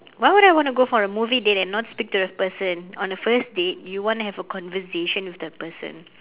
why would I want to go for a movie date and not speak to the person on the first date you want to have a conversation with the person